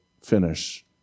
finish